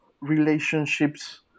relationships